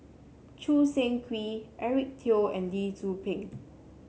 Choo Seng Quee Eric Teo and Lee Tzu Pheng